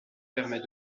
permet